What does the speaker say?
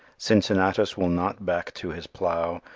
cincinnatus will not back to his plow,